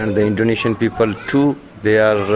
and the indonesian people too, they and